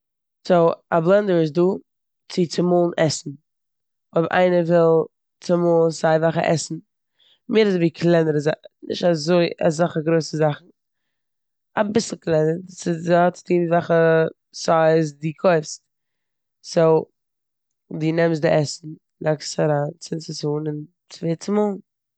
סאו א בלענדער איז דא צו צומאלן עסן. אויב איינער וויל צומאלן סיי וועלכע עסן, מער אזויווי קלענערע זא- נישט אזוי- אזעלכע גרויסע זאכן, אביסל קלענער, ס'איז- ס'האט צו טון מיט וועלכע סייז די קויפסט. סאו די נעמסט די עסן, לייגסט עס אריין, צינדסט עס אן און ס'ווערט צומאלן.